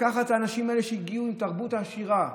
לקחת אנשים שהגיעו עם תרבות עשירה,